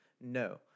No